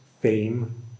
fame